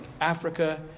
Africa